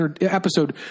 episode